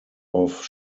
off